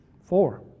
Four